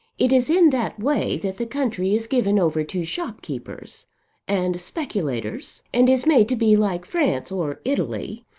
it is in that way that the country is given over to shopkeepers and speculators and is made to be like france or italy.